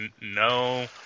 no